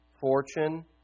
fortune